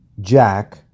Jack